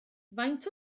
faint